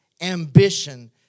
ambition